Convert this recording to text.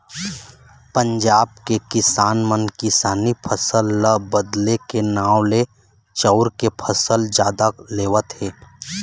पंजाब के किसान मन किसानी फसल ल बदले के नांव ले चाँउर के फसल जादा लेवत हे